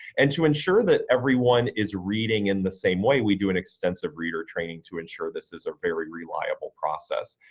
and to ensure that everyone is reading in the same way, we do an extensive reader training to ensure this is a very reliable process.